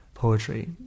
poetry